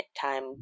time